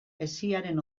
hesiaren